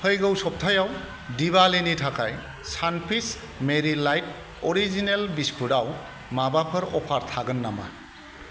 फैगौ सप्तायाव दिवालीनि थाखाय सानफिस्ट मेरि लाइट अरिजिनेल बिस्कुटआव माबाफोर अफार थागोन नामा